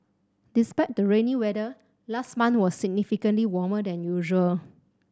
despite the rainy weather last month was significantly warmer than usual